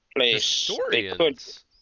historians